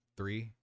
Three